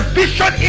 vision